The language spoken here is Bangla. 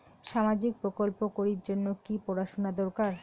সামাজিক প্রকল্প করির জন্যে কি পড়াশুনা দরকার?